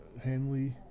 Hanley